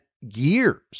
years